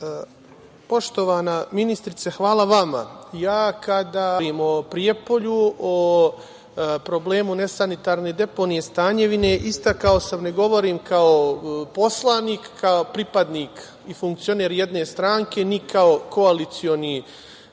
Hvala. Poštovana ministarka, hvala vama. Ja kada govorim o Prijepolju, o problemu nesanitarne deponije Stanjevine, istakao sam, ne govorim kao poslanik, kao pripadnik i funkcioner jedne stranke, ni kao koalicioni